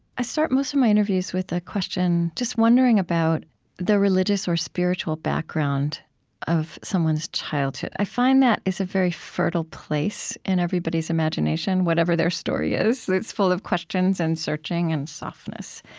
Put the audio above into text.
i start most of my interviews with a question, just wondering about the religious or spiritual background of someone's childhood. i find that is a very fertile place in everybody's imagination, whatever their story is it's full of questions and searching and softness.